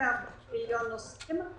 על 24 מיליון נוסעים,